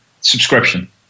Subscription